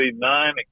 nine